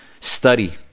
study